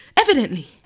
evidently